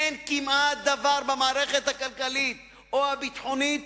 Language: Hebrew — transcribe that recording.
אין כמעט דבר במערכת הכלכלית או הביטחונית